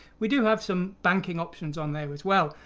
we do have some banking options on there as well,